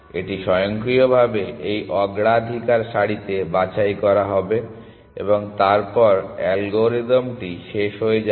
এটি স্বয়ংক্রিয়ভাবে এই অগ্রাধিকার সারিতে বাছাই করা হবে এবং তারপর অ্যালগরিদমটি শেষ হয়ে যাবে